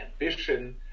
ambition